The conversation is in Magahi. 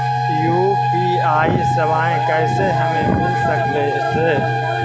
यु.पी.आई सेवाएं कैसे हमें मिल सकले से?